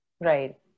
Right